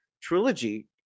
trilogy